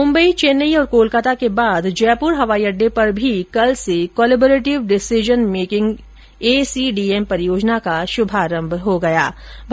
मुम्बई चेन्नई और कोलकाता के बाद जयपुर हवाई अड्डे पर भी कल से कॉलेबरेटिव डिसीजन मेकिंग एसीडीएम परियोजना का शुभारंभ हो गया है